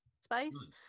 space